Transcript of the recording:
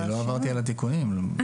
לא עברתי על התיקונים.